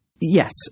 Yes